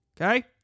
okay